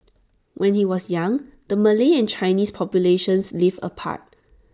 when he was young the Malay and Chinese populations lived apart